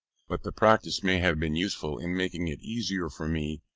but the practice may have been useful in making it easier for me,